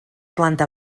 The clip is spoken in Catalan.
planta